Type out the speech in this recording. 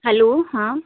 hello हाँ